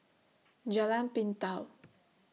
Jalan Pintau